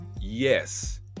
Yes